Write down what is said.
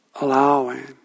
allowing